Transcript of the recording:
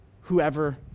whoever